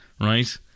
Right